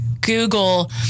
Google